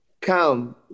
come